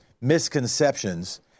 Misconceptions